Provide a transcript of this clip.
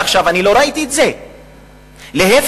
עד עכשיו אני לא ראיתי את זה.